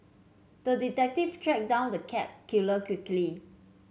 the detective tracked down the cat killer quickly